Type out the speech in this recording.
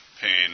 pain